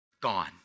Gone